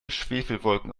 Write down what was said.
schwefelwolken